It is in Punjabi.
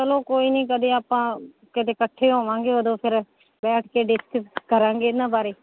ਚਲੋ ਕੋਈ ਨਹੀਂ ਕਦੇ ਆਪਾਂ ਕਦੇ ਇਕੱਠੇ ਹੋਵਾਂਗੇ ਉਦੋਂ ਫਿਰ ਬੈਠ ਕੇ ਡਿਸਕਸ ਕਰਾਂਗੇ ਇਹਨਾਂ ਬਾਰੇ